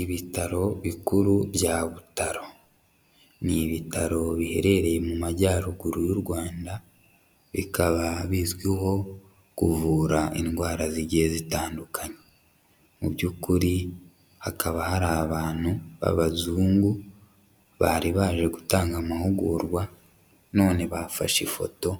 Ibitaro bikuru bya Butaro. ni ibitaro biherereye mu Majyaruguru y'u Rwanda, bikaba bizwiho kuvura indwara zigiye zitandukanye. Mu by'ukuri hakaba hari abantu b'abazungu bari baje gutanga amahugurwa, none bafashe ifoto